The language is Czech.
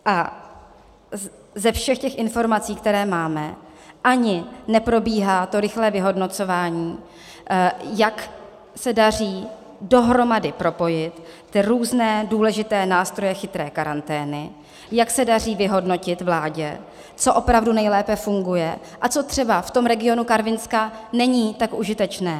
A ze všech těch informací, které máme, ani neprobíhá rychlé vyhodnocování, jak se daří dohromady propojit různé důležité nástroje chytré karantény, jak se daří vyhodnotit vládě, co opravdu nejlépe funguje a co třeba v tom regionu Karvinska není tak užitečné.